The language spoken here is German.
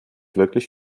wirklich